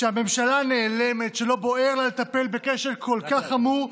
שהממשלה נעלמת, שלא בוער לה לטפל בכשל כל כך חמור,